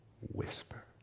whisper